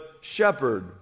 shepherd